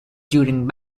during